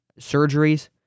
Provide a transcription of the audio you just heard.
surgeries